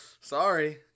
sorry